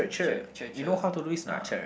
cher cher cher ah